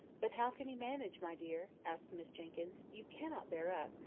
but how can you manage, my dear? asked miss jenkyns you cannot bear up,